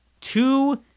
Two